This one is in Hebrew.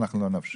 לא נאפשר.